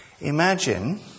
Imagine